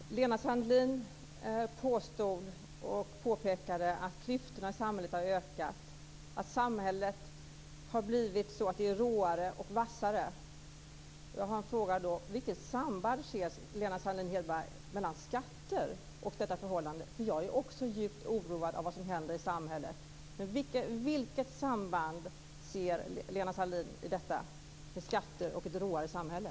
Fru talman! Lena Sandlin-Hedman påstod och påpekade att klyftorna i samhället har ökat, att samhället har blivit råare och vassare. Jag har då en fråga: Vilket samband ser Lena Sandlin-Hedman mellan skatter och detta förhållande? Jag är nämligen också djupt oroad av vad som händer i samhället. Vilket samband ser Lena Sandlin-Hedman mellan skatter och ett råare samhälle?